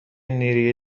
نیروی